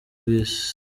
rw’isi